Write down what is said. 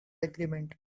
agreement